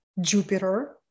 Jupiter